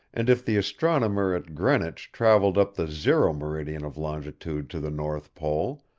and if the astronomer at greenwich travelled up the zero meridian of longitude to the north pole,